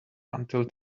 until